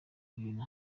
ibintu